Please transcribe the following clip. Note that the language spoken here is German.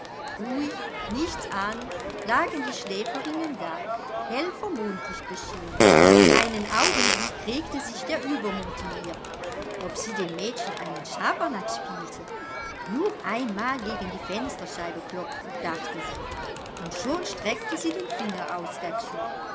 ruhig nichts ahnend lagen die schläferinnen da hell vom mondlicht beschienen einen augenblick regte sich der uebermut in ihr ob sie den mädchen einen schabernak spielte nur einmal gegen die fensterscheibe klopfen dachte sie und schon streckte sie den finger aus dazu